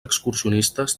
excursionistes